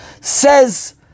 Says